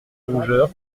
rougeur